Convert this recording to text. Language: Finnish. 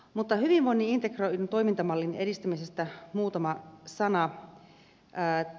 mutta hyvinvoinnin integroidun toimintamallin edistämisestä muutama sana